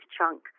chunk